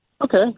Okay